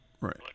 Right